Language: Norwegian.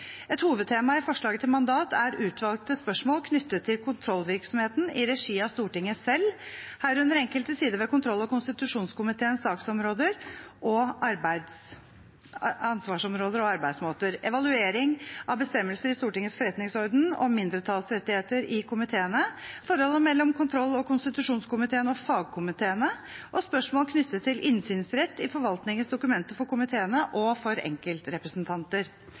hovedtema i forslaget til mandat er utvalgte spørsmål knyttet til kontrollvirksomheten i regi av Stortinget selv, herunder enkelte sider ved kontroll- og konstitusjonskomiteens saksområder, ansvarsområder og arbeidsmåter, evaluering av bestemmelser i Stortingets forretningsorden om mindretallsrettigheter i komiteene, forholdet mellom kontroll- og konstitusjonskomiteen og fagkomiteene og spørsmål knyttet til innsynsrett i forvaltningens dokumenter for komiteene og for enkeltrepresentanter.